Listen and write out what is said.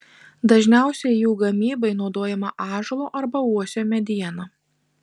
dažniausiai jų gamybai naudojama ąžuolo arba uosio mediena